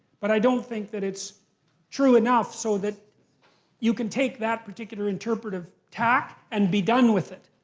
but i don't think that it's true enough so that you can take that particular interpretive tack and be done with it.